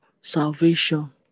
salvation